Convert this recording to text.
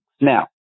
Now